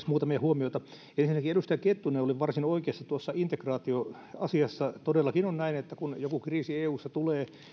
muutamia huomioita ensinnäkin edustaja kettunen oli varsin oikeassa tuossa integraatioasiassa todellakin on näin että kun joku kriisi eussa tulee niin